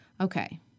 Okay